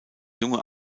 junge